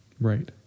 Right